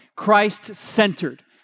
Christ-centered